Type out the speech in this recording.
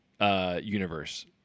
universe